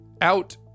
out